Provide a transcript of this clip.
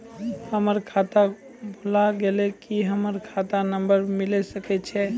हमर खाता भुला गेलै, की हमर खाता नंबर मिले सकय छै?